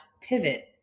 pivot